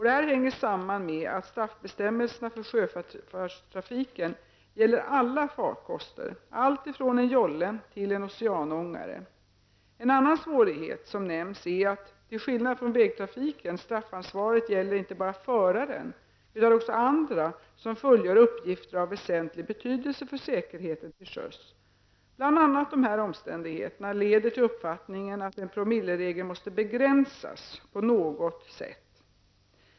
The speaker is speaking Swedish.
Detta hänger samman med att straffbestämmelserna för sjötrafiken gäller alla farkoster, alltifrån en jolle till en oceanångare. En annan svårighet som nämnts är att till skillnad från vägtrafiken straffansvaret gäller inte bara föraren utan också andra som fullgör uppgifter av väsentlig betydelse för säkerheten till sjöss. Bl.a. dessa omständigheter leder till uppfattningen att en promilleregel måste begränsas på något sätt.